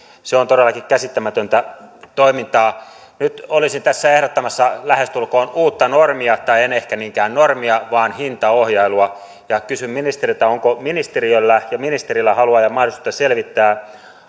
se on todellakin käsittämätöntä toimintaa nyt olisin tässä ehdottamassa lähestulkoon uutta normia tai en ehkä niinkään normia vaan hintaohjailua ja kysyn ministeriltä onko ministeriöllä ja ministerillä halua ja mahdollisuutta selvittää